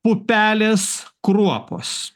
pupelės kruopos